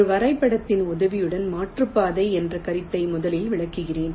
ஒரு வரைபடத்தின் உதவியுடன் மாற்றுப்பாதை என்ற கருத்தை முதலில் விளக்குகிறேன்